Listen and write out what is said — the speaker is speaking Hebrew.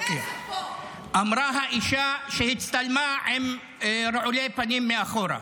אמרה האישה שהצטלמה עם רעולי פנים מאחור.